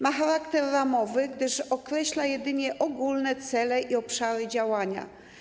Ma charakter ramowy, gdyż określa jedynie ogólne cele i obszary działania.